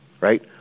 right